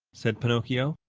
said pinocchio.